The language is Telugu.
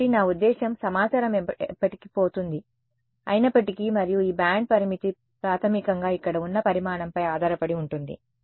కాబట్టి నా ఉద్దేశ్యం సమాచారం ఎప్పటికీ పోతుంది అయినప్పటికీ మరియు ఈ బ్యాండ్ పరిమితి ప్రాథమికంగా ఇక్కడ ఉన్న పరిమాణంపై ఆధారపడి ఉంటుంది